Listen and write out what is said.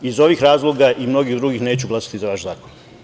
Iz ovih razloga i mnogih drugih neću glasati za vaš zakon.